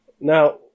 Now